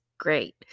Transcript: great